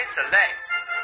Select